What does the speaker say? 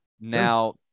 now